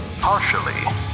partially